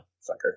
Sucker